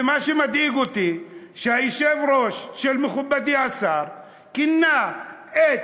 ומה שמדאיג אותי הוא שהיושב-ראש של מכובדי השר כינה את